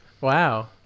Wow